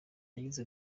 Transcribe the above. yagize